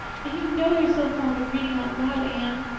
and you know you are so fond of reading out loud, anne.